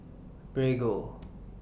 Prego